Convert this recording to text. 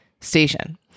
station